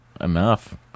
enough